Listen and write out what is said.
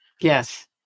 Yes